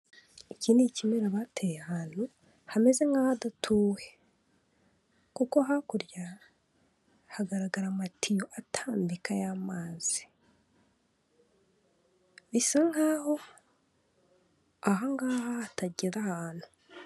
Iki ni ikimera bateye ahantu hameze nk'ahadatuwe kuko hakurya hagaragara amatiyo atambika y'amazi, bisa nk'aho aha ngaha hatagera ahantu.